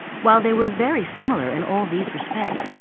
while they were very similar in all these respects,